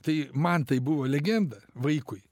tai man tai buvo legenda vaikui